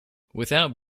without